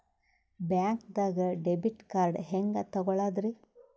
ಬ್ಯಾಂಕ್ದಾಗ debit card ಹೆಂಗ್ ತಗೊಳದ್ರಿ?